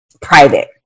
private